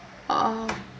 oh